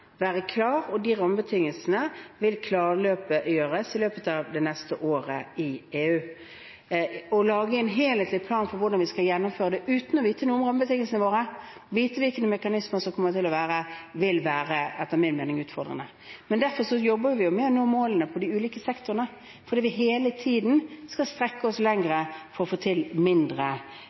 være klare, og de rammebetingelsene vil klargjøres i løpet av det neste året i EU. Å lage en helhetlig plan for hvordan vi skal gjennomføre det uten å vite noe om rammebetingelsene våre, om hvilke mekanismer som kommer til å være, vil etter min mening være utfordrende. Derfor jobber vi med å nå målene for de ulike sektorene, fordi vi hele tiden skal strekke oss lenger for å få til mindre